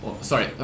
Sorry